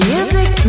Music